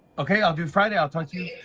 okay, i'll do friday. i'll talk to you